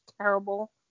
terrible